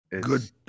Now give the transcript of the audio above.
good